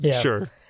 Sure